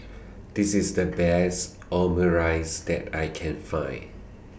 This IS The Best Omurice that I Can Find